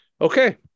okay